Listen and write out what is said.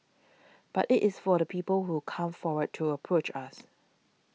but it is for the people who come forward to approach us